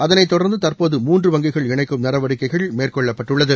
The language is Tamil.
அதைத் தொடர்ந்து தற்போது மூன்று வங்கிகள் இணைக்கும் நடவடிக்கைகள் மேற்கொள்ளப்பட்டுள்ளது